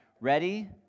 ready